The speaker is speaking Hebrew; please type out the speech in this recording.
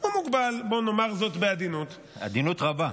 הוא מוגבל, בוא נאמר זאת בעדינות, עדינות רבה.